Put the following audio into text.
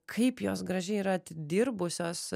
kaip jos gražiai yra atidirbusios